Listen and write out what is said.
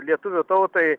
lietuvių tautai